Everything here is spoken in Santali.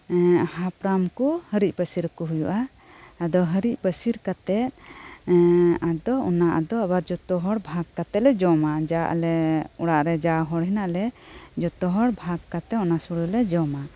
ᱦᱟᱯᱲᱟᱢ ᱠᱩ ᱦᱟᱹᱨᱤᱡ ᱯᱟᱹᱥᱤᱨ ᱟᱠᱩ ᱦᱩᱭᱩᱜᱼᱟ ᱟᱫᱚ ᱦᱟᱹᱨᱤᱡ ᱯᱟᱹᱥᱤᱨ ᱠᱟᱛᱮᱜ ᱟᱫᱚ ᱚᱱᱟ ᱫᱚ ᱟᱵᱟᱨ ᱡᱚᱛᱚᱦᱚᱲ ᱵᱷᱟᱜ ᱠᱟᱛᱮᱞᱮ ᱡᱚᱢᱟ ᱡᱟ ᱟᱞᱮ ᱚᱲᱟᱜ ᱞᱮ ᱡᱟᱦᱚᱲ ᱦᱮᱱᱟᱜᱞᱮ ᱡᱚᱛᱚᱦᱚᱲ ᱵᱷᱟᱜ ᱠᱟᱛᱮᱜ ᱚᱱᱟ ᱥᱩᱲᱟᱹᱞᱮ ᱡᱚᱢᱟ